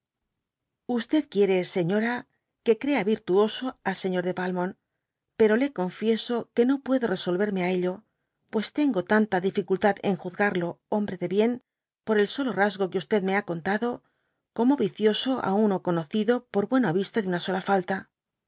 quxeils señora que crea yirtuoso al señor de valmont pero le confieso no puedo resolyerme á ello pues tengo tanta dificultad en juzgarlo hombre de bien por el solo rasgo que me ha cantado como vicioso á uno conocido por bueno á vista de una sola falta